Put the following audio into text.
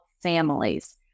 families